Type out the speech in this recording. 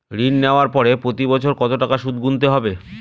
ঋণ নেওয়ার পরে প্রতি বছর কত টাকা সুদ গুনতে হবে?